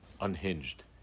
unhinged